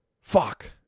Fuck